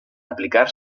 aplicar